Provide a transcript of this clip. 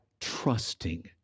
trusting